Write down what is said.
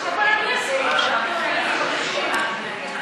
נעשתה עבודה על כך שאין הבדל בין קמח לבן למלא,